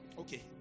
Okay